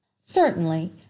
Certainly